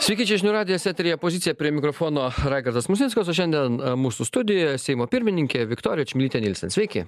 sveiki čia žinių radijas eteryje pozicija prie mikrofono raigardas musnickas o šiandien mūsų studijoje seimo pirmininkė viktorija čmilytė nylsen sveiki